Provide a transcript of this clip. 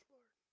Lord